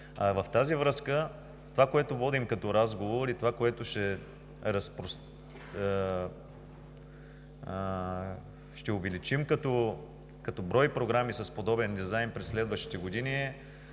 В тази връзка, това, което водим като разговор, и това, което ще увеличим като брой програми с подобен дизайн през следващите години,